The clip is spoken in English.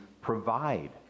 provide